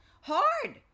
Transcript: Hard